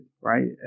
right